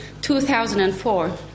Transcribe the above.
2004